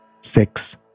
six